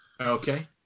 okay